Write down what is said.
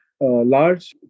large